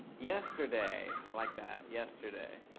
yesterday. i like that. yesterday.